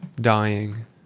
Dying